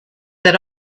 that